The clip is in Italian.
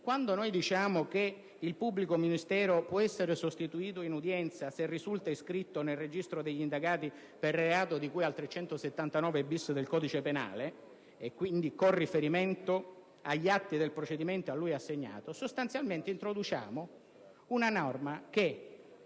Quando diciamo che il pubblico ministero può essere sostituito in udienza se risulta iscritto nel registro degli indagati per il reato di cui al 379-*bis* del codice penale, quindi con riferimento agli atti del procedimento a lui assegnato, sostanzialmente introduciamo una norma che